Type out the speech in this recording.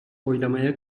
oylamaya